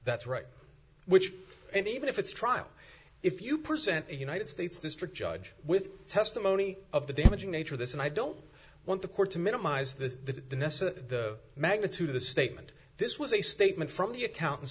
that's right which and even if it's trial if you present a united states district judge with testimony of the damaging nature of this and i don't want the court to minimize the knesset the magnitude of the statement this was a statement from the accountan